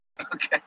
Okay